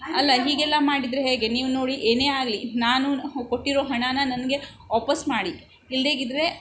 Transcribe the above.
ಅಲ್ಲ ಹೀಗೆಲ್ಲ ಮಾಡಿದರೆ ಹೇಗೆ ನೀವು ನೋಡಿ ಏನೇ ಆಗಲಿ ನಾನು ಹು ಕೊಟ್ಟಿರೊ ಹಣನ ನನಗೆ ವಾಪಸ್ಸು ಮಾಡಿ ಇಲ್ದೆಯಿದ್ರೇ